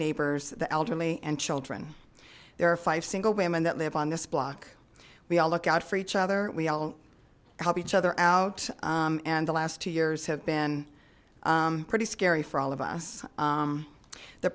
neighbors the elderly and children there are five single women that live on this block we all look out for each other we all help each other out and the last two years have been pretty scary for all of us